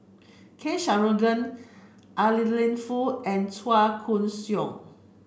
K Shanmugam Adeline Foo and Chua Koon Siong